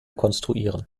konstruieren